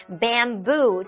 bamboo